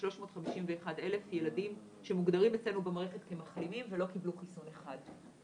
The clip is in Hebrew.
351 אלף ילדים שמוגדרים אצלנו במערכת כמחלימים ולא קיבלו חיסון אחד.